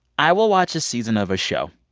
i will watch a season of a show,